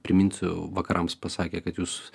priminsiu vakarams pasakė kad jūs